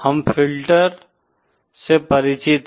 हम फिल्टर से परिचित हैं